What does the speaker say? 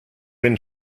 been